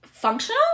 functional